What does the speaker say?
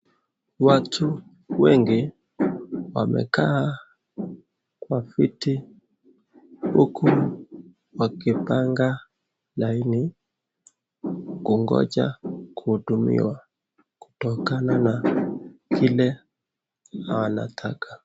Watu wengi wamekaa kwa viti huku wakipanga laini kungoja kuhudumiwa kutokana na kile wanataka.